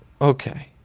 Okay